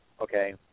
okay